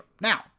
Now